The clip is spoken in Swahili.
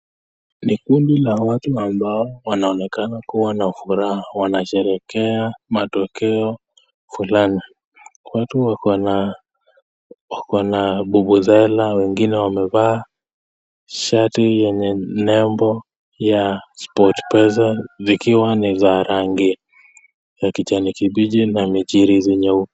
Ni kundi la watu ambao linaonekana kuwa na furaha, wanasherehekea matokeo Fulani, watu wako na vuvusela wengine wamevaa shati yenye lebo ya 'sportpesa' zikiwa ni za rangi ya kijani kibichi na michirizi nyeupe.